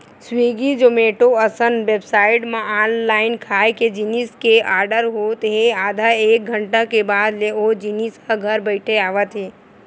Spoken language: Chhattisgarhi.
स्वीगी, जोमेटो असन बेबसाइट म ऑनलाईन खाए के जिनिस के आरडर होत हे आधा एक घंटा के बाद ले ओ जिनिस ह घर बइठे आवत हे